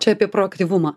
čia apie proaktyvumą